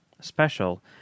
special